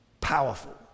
powerful